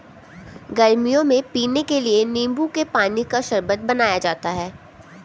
गर्मियों में पीने के लिए नींबू के पानी का शरबत बनाया जाता है